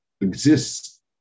exists